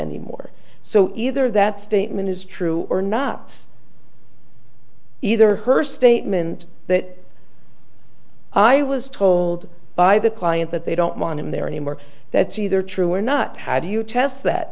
anymore so either that statement is true or not either her statement that i was told by the client that they don't want him there anymore that's either true or not how do you test that